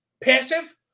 passive